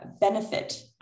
benefit